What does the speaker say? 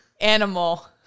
animal